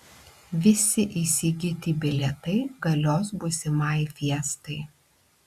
visi įsigyti bilietai galios būsimai fiestai